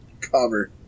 cover